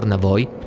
and avoid